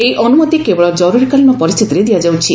ଏହି ଅନ୍ତମତି କେବଳ ଜର୍ରରୀକାଳୀନ ପରିସ୍ଥିତିରେ ଦିଆଯାଉଛି